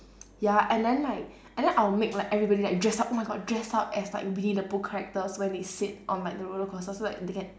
ya and then like and then I'll make like everybody like dress up oh my god dress up as like winnie the pooh characters when they sit on like the roller coaster so like they can